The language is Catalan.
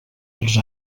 dels